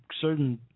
certain